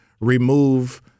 remove